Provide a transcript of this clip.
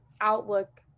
outlook